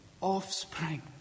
offspring